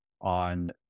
on